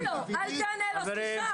לא, אל תענה לו, אל תענה לו, סליחה.